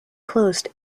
closed